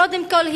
קודם כול,